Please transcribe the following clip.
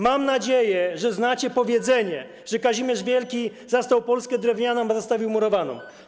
Mam nadzieję, że znacie powiedzenie, że Kazimierz Wielki zastał Polskę drewnianą, a zostawił murowaną.